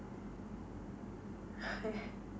!hais!